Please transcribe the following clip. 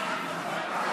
המתנחלים.